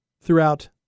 throughout